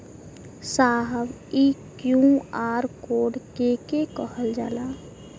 साहब इ QR code के के कहल जाला?